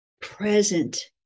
present